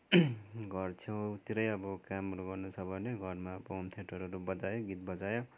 घर छेउतिरै अब कामहरू गर्न छ भने घरमा होम थिएटरहरू बजायो गीत बजायो